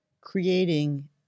creating